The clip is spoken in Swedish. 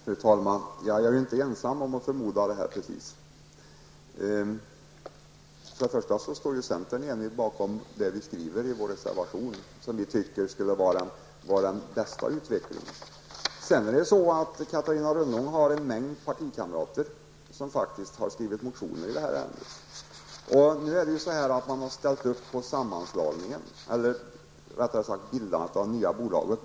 Fru talman! Jag är inte ensam om att förmoda detta. Centern står enig bakom vad vi skriver i vår reservation om vad vi tycker skulle vara den bästa utvecklingen. Vidare har Catarina Rönnung en mängd partikamrater som skrivit motioner i detta ärende. De har visserligen ställt upp på sammanslagningen, eller rättare sagt bildandet av det nya bolaget.